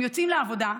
הם יוצאים לעבודה,